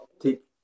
take